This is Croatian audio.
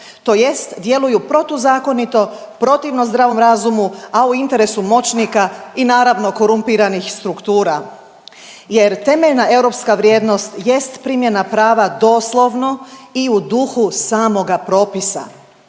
tj. djeluju protuzakonito, protivno zdravom razumu, a u interesu moćnika i naravno korumpiranih struktura. Jer temeljna europska vrijednost jest primjena prava doslovno i u duhu samoga propisa.